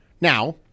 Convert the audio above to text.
Now